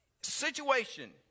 situation